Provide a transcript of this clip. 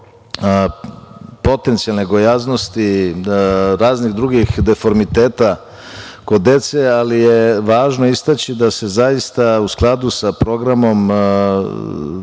potencijalne gojaznosti, raznih drugih deformiteta kod dece, ali je važno istaći da se zaista u skladu sa programom,